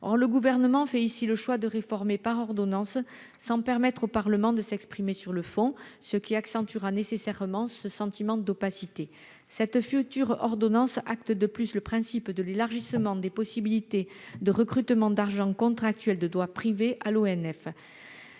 Or le Gouvernement fait ici le choix de réformer par ordonnance, sans permettre au Parlement de s'exprimer sur le fond, ce qui accentuera nécessairement ce sentiment d'opacité. De plus, cette future ordonnance acte le principe de l'élargissement des possibilités de recrutement d'agents contractuels de droit privé à l'ONF.